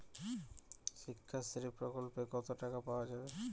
শিক্ষাশ্রী প্রকল্পে কতো টাকা পাওয়া যাবে?